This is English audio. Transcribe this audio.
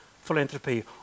philanthropy